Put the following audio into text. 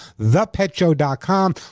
thepetshow.com